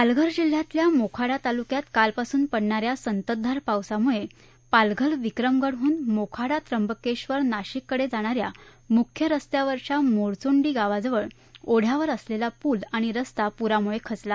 पालघर जिल्ह्यातल्या मोखाडा तालुक्यात कालपासून पडणा या संततधार पावसामुळे पालघर विक्रमगडहन मोखाडा त्र्यंबकेश्वर नाशिककडे जाणा या मुख्या रस्त्यावरच्या मारचोंडी गावाजवळ ओढ्यावर असलेला पूल आणि रस्ता पुरामुळे खचला